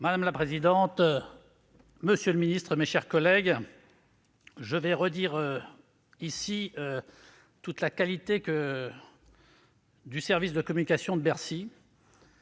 Madame la présidente, monsieur le ministre, mes chers collègues, encore une fois, je salue la qualité du service de la communication de Bercy.